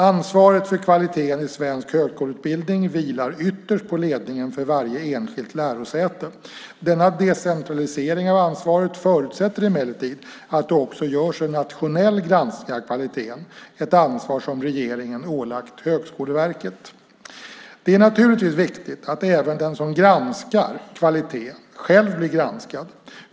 Ansvaret för kvaliteten i svensk högskoleutbildning vilar ytterst på ledningen för varje enskilt lärosäte. Denna decentralisering av ansvaret förutsätter emellertid att det också görs en nationell granskning av kvaliteten, ett ansvar som regeringen ålagt Högskoleverket. Det är naturligtvis viktigt att även den som granskar kvalitet själv blir granskad.